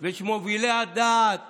ושל מובילי הדעת